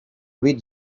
read